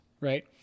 right